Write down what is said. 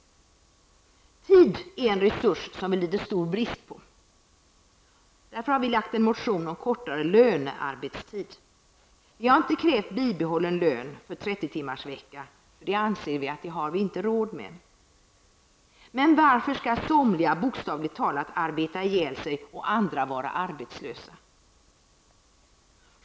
Tid är en resurs som vi lider stor brist på. Därför har vi väckt en motion om kortare lönearbetstid. Vi har inte krävt bibehållen lön för 30 timmars arbetsvecka -- det anser vi att vi inte har råd med. Men varför skall somliga bokstavligt talat arbeta ihjäl sig och andra gå arbetslösa?